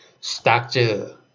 structure